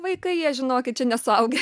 vaikai jie žinokit čia ne suaugę